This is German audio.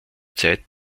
zeit